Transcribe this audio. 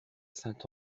saint